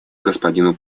господину